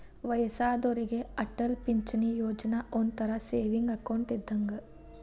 ವಯ್ಯಸ್ಸಾದೋರಿಗೆ ಅಟಲ್ ಪಿಂಚಣಿ ಯೋಜನಾ ಒಂಥರಾ ಸೇವಿಂಗ್ಸ್ ಅಕೌಂಟ್ ಇದ್ದಂಗ